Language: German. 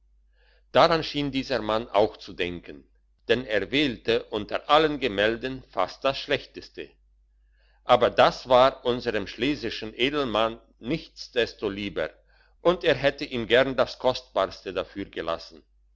daran schien dieser mann auch zu denken denn er wählte unter allen gemälden fast das schlechteste aber das war unserm schlesischen edelmann nichts desto lieber und er hätte ihm gern das kostbarste dafür gelassen